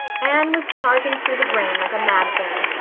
anne was charging through the grain like a mad thing.